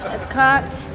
it's cocked.